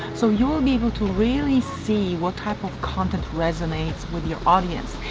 so you will be able to really see what type of content resonates with your audience.